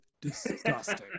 disgusting